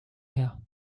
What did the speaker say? her